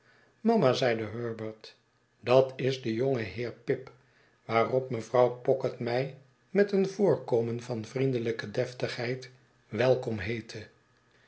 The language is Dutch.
mama zeide herbert dat is de jonge heer pip waarop mevrouw pocket mij met een voorkomen van vriendelijke deftigheid welkom heette